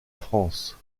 france